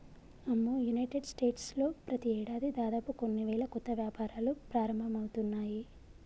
అమ్మో United States లో ప్రతి ఏడాది దాదాపు కొన్ని వేల కొత్త వ్యాపారాలు ప్రారంభమవుతున్నాయి